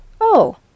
Oh